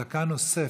דקה נוספת,